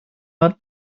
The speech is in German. hat